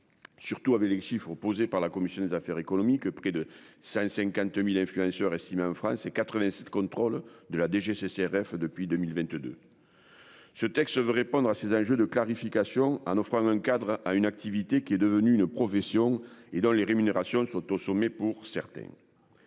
Surtout avec les chiffres posé par la commission des affaires économiques. Près de 150.000 influenceurs en France et 87 contrôles de la DGCCRF depuis 2022. Ce texte ne veut répondre à ces enjeux de clarification en offrant un cadre à une activité qui est devenue une profession et dont les rémunérations sont au sommet pour certains.